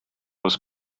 was